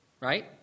Right